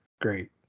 Great